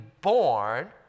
born